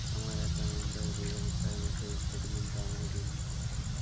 আমার অ্যাকাউন্ট র বিগত ছয় মাসের স্টেটমেন্ট টা আমাকে দিন?